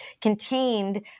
contained